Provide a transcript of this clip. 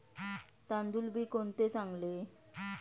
तांदूळ बी कोणते चांगले?